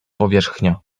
powierzchnia